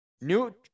new